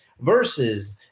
versus –